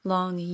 Long